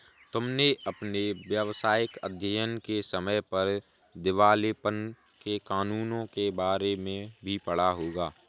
तुमने अपने व्यावसायिक अध्ययन के समय पर दिवालेपन के कानूनों के बारे में भी पढ़ा होगा